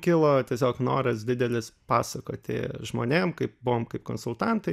kilo tiesiog noras didelis pasakoti žmonėm kaip buvom kaip konsultantai